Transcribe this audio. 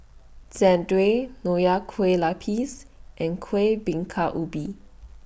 Jian Dui Nonya Kueh Lapis and Kueh Bingka Ubi